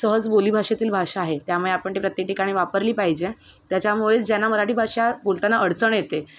सहज बोलीभाषेतील भाषा आहे त्यामुळे आपण ते प्रत्येक ठिकाणी वापरली पाहिजे त्याच्यामुळेच ज्यांना मराठी भाषा बोलताना अडचण येते